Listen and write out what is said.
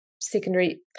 secondary